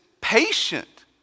patient